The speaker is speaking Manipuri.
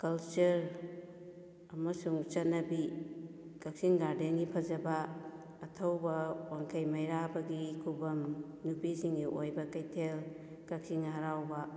ꯀꯜꯆꯔ ꯑꯃꯁꯨꯡ ꯆꯠꯅꯕꯤ ꯀꯛꯆꯤꯡ ꯒꯥꯔꯗꯦꯟꯒꯤ ꯐꯖꯕ ꯑꯊꯧꯕ ꯋꯥꯡꯈꯩ ꯃꯩꯔꯥꯕꯒꯤ ꯈꯨꯕꯝ ꯅꯨꯄꯤꯁꯤꯡꯒꯤ ꯑꯣꯏꯕ ꯀꯩꯊꯦꯜ ꯀꯛꯆꯤꯡ ꯍꯔꯥꯎꯕ